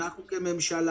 אמרתי שרצונה של הממשלה